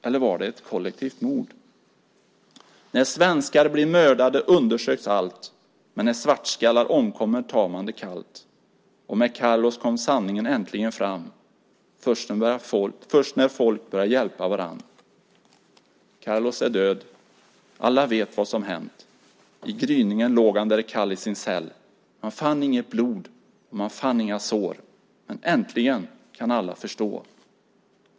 Eller var det ett kollektivt mord? När svenskar blir mördade undersöks allt, men när svartskallar omkommer tar man det kallt. Och med Carlos kom sanningen äntligen fram först när folk börja' hjälpa varann. Carlos är död, alla vet vad som hänt. I gryningen låg han där kall i sin cell. Man fann inget blod och man fann inga sår; Men äntli'n kan alla förstå.